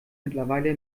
mittlerweile